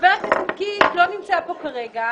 חבר הכנסת קיש לא נמצא פה כרגע,